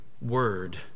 word